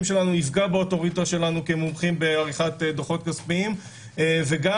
שלנו יפגע באוטוריטה שלנו כמומחים בעריכת דוחות כספיים וגם